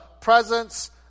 presence